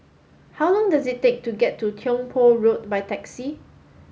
how long does it take to get to Tiong Poh Road by taxi